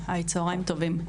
צוהריים טובים.